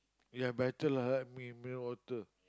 ya better lah I like mi~ mineral water